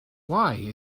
why